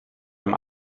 dem